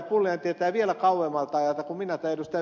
pulliainen tietää vielä kauemmalta ajalta kuin minä tai ed